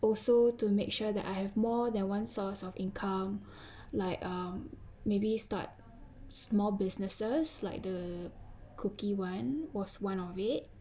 also to make sure that I have more than one source of income like um maybe start small businesses like the cookie [one] was one of it